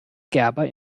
gerber